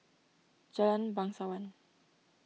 Jalan Bangsawan